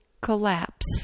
collapse